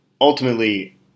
Ultimately